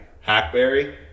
Hackberry